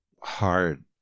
hard